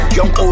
Young